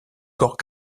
corps